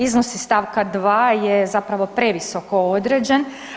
Iznos iz stavka 2. je zapravo previsoko određen.